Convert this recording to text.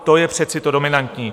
To je přece to dominantní.